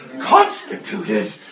constituted